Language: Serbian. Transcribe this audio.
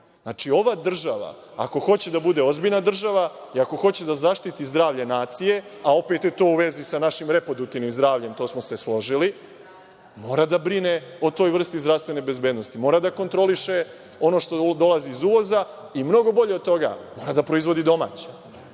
tema. Ova država, ako hoće da bude ozbiljna država i ako hoće da zaštiti zdravlje nacije, a opet je to u vezi sa našim reproduktivnim zdravljem, to smo se složili, mora da brine o toj vrsti zdravstvene bezbednosti, mora da kontroliše ono što dolazi iz uvoza i mnogo bolje od toga, mora da proizvodi domaće.